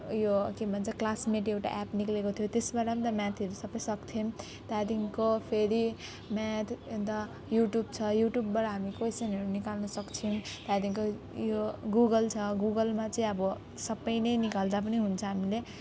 ऊ यो के भन्छ क्लासमेट एउटा एप निक्लेको थियो त्यसबाट नि त म्याथहरू सबै सक्थ्यौँ त्यहाँदेखिन्को फेरि म्याथ अनि त युट्युब छ युट्युबबाट हामी क्वेस्चनहरू निकाल्न सक्छौँ त्यहाँदेखिन्को यो गुगल छ गुगलमा चाहिँ अब सबै नै निकाल्दा पनि हुन्छ हामीले